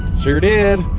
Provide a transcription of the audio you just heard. sure did!